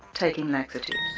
taking laxatives.